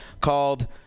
called